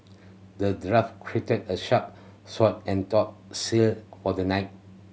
the dwarf crafted a sharp sword and tough shield for the knight